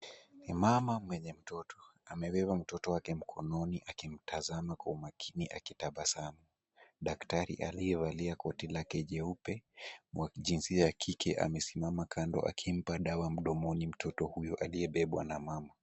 Ni mama mwenye mtoto. Amebeba mtoto wake mkononi akimtazama kwa makini akitabasamu. Daktari aliyevalia koti lake jeupe wa jinsia ya kike amesimama kando akimpa dawa mdomoni mtoto huyo aliyebebwa na mama.